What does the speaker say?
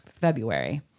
February